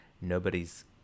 nobody's